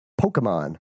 Pokemon